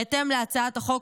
בהתאם להצעת החוק,